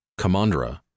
Kamandra